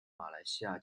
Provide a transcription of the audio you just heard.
马来西亚